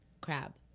crab